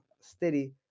steady